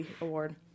Award